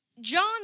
John